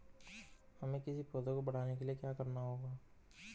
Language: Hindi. हमें किसी पौधे को बढ़ाने के लिये क्या करना होगा?